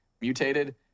mutated